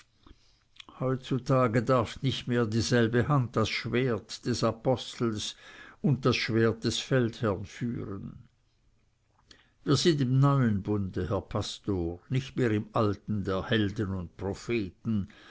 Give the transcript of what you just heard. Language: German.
heutzutage darf nicht mehr dieselbe hand das schwert des apostels und das schwert des feldherrn führen wir sind im neuen bunde herr pastor nicht mehr im alten der helden und propheten